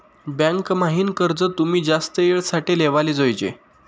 bank म्हाईन कर्ज तुमी जास्त येळ साठे लेवाले जोयजे